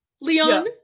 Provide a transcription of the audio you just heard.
Leon